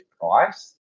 price